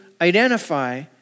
identify